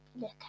look